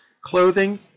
clothing